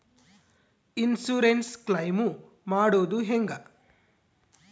Insurance claim ಮಾಡೋದು ಹೆಂಗ?